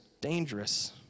dangerous